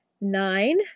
nine